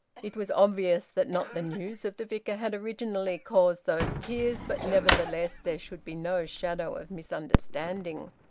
it was obvious that not the news of the vicar had originally caused those tears but nevertheless there should be no shadow of misunderstanding.